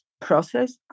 process